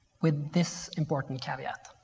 with this important caveat.